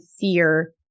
fear